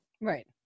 Right